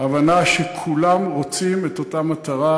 הבנה שכולם רוצים את אותה מטרה,